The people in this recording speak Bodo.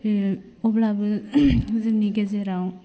अब्लाबो जोंनि गेजेराव